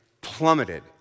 plummeted